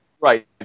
Right